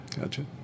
Gotcha